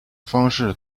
方式